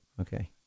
Okay